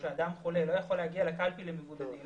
אדם חולה לא יכול להגיע לקלפי למבודדים.